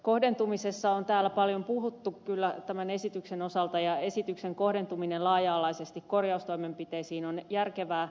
kohdentumisesta on täällä paljon puhuttu kyllä tämän esityksen osalta ja esityksen kohdentuminen laaja alaisesti korjaustoimenpiteisiin on järkevää